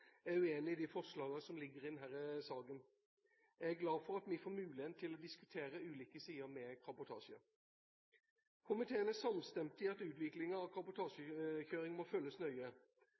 jeg er uenig i de forslagene som ligger i denne saken. Jeg er glad for at vi får muligheten til å diskutere ulike sider ved kabotasje. Komiteen er samstemt i at utviklingen av kabotasjekjøring må følges nøye.